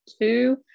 two